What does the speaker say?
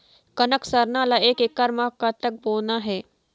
कनक सरना ला एक एकड़ म कतक बोना हे?